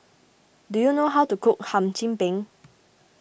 do you know how to cook Hum Chim Peng